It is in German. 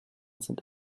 sind